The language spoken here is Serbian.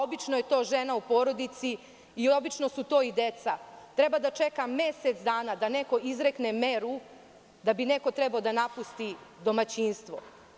Obično je to žena u porodici i obično su to i deca, treba da čeka mesec dana da neko izrekne meru da bi neko trebao da napusti domaćinstvo.